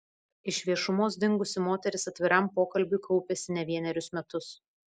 iš viešumos dingusi moteris atviram pokalbiui kaupėsi ne vienerius metus